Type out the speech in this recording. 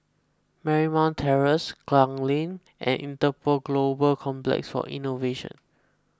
Marymount Terrace Klang Lane and Interpol Global Complex for Innovation